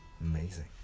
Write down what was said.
Amazing